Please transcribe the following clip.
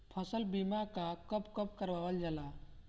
फसल बीमा का कब कब करव जाला?